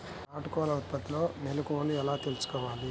నాటుకోళ్ల ఉత్పత్తిలో మెలుకువలు ఎలా తెలుసుకోవాలి?